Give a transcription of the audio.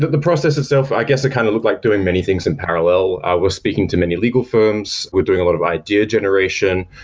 the process itself, i guess it kind of look like doing many things in parallel. we're speaking to many legal firms, we're doing a lot of idea generation,